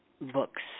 books